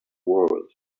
world